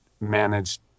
managed